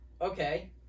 Okay